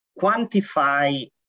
quantify